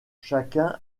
chacun